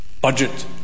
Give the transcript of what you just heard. Budget